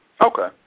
Okay